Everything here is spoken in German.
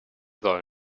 sollen